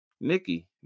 Nikki